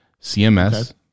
CMS